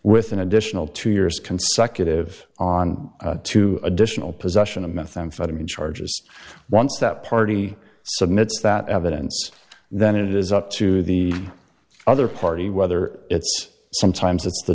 with an additional two years consecutive on two additional possession of methamphetamine charges once that party submits that evidence then it is up to the other party whether it's sometimes